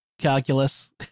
Calculus